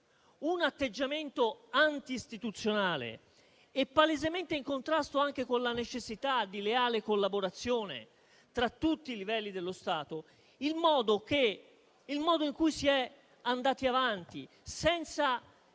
un atteggiamento anti-istituzionale e palesemente in contrasto anche con la necessità di leale collaborazione tra tutti i livelli dello Stato il modo in cui si è andati avanti, senza